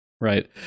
right